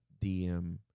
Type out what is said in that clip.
DM